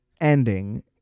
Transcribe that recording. ending—